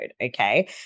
okay